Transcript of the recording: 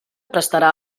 prestarà